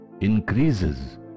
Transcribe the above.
increases